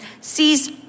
sees